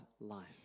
life